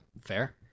Fair